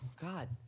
God